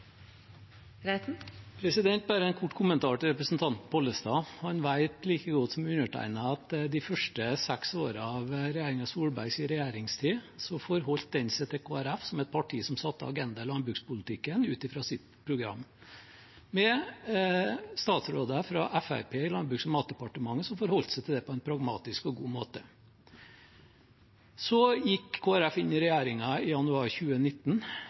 Bare en kort kommentar til representanten Pollestad: Han vet like godt som undertegnede at regjeringen Solberg de seks første årene av sin regjeringstid forholdt seg til Kristelig Folkeparti som et parti som satte agendaen i landbrukspolitikken ut fra sitt program – med statsråder fra Fremskrittspartiet i Landbruks- og matdepartementet, som forholdt seg til det på en pragmatisk og god måte. Så gikk Kristelig Folkeparti inn i regjeringen i januar 2019.